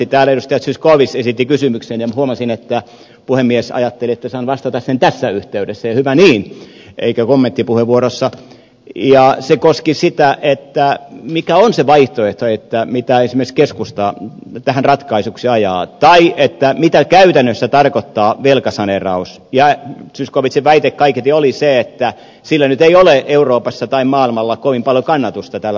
täällä edustaja zyskowicz esitti kysymyksen ja huomasin että puhemies ajatteli että saan vastata siihen tässä yhteydessä ja hyvä niin eikä kommenttipuheenvuorossa ja se koski sitä mikä on se vaihtoehto mitä esimerkiksi keskusta tähän ratkaisuksi ajaa tai mitä käytännössä tarkoittaa velkasaneeraus ja zyskowiczin väite kaiketi oli se että sillä nyt ei ole euroopassa tai maailmalla kovin paljon kannatusta tällä velkasaneerausajatuksella ja hankkeella